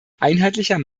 einheitlicher